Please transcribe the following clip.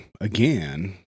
again